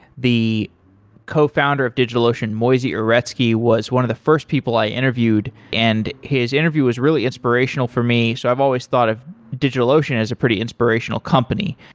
the cofounder of digitalocean, moisey uretsky, was one of the first people i interviewed, and his interview was really inspirational for me. so i've always thought of digitalocean as a pretty inspirational company.